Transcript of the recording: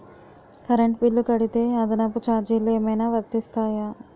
Current bill కడితే అదనపు ఛార్జీలు ఏమైనా వర్తిస్తాయా?